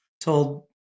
told